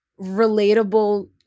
relatable